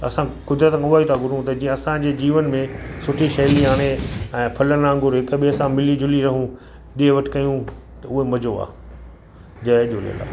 असां कुदिरत मां उहो ई था घुरूं त जीअं असांजे जीवन में सुठी शैली हाणे ऐं फलनि वांगुरु हिक ॿे सां मिली झूली रहूं ॾे वठ कयूं त उहो मज़ो आहे जय झूलेलाल